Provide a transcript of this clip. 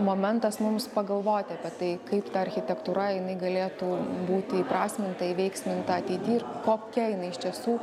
momentas mums pagalvoti apie tai kaip ta architektūra jinai galėtų būti įprasminta įveiksminta ateity ir kokia jinai iš tiesų